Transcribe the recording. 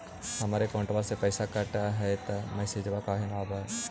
हमर अकौंटवा से पैसा कट हई त मैसेजवा काहे न आव है?